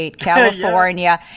California